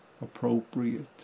appropriate